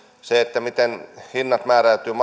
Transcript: miten hinnat määräytyvät